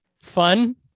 fun